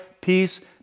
peace